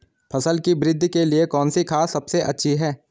फसल की वृद्धि के लिए कौनसी खाद सबसे अच्छी है?